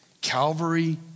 Calvary